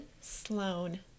Sloane